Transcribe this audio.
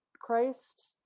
christ